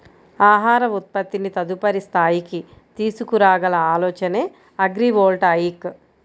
ఆహార ఉత్పత్తిని తదుపరి స్థాయికి తీసుకురాగల ఆలోచనే అగ్రివోల్టాయిక్